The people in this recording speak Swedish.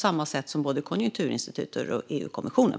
Samma bedömning gör både Konjunkturinstitutet och EU-kommissionen.